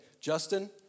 Justin